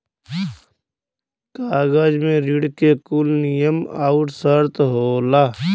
कागज मे ऋण के कुल नियम आउर सर्त होला